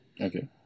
Okay